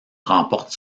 remporte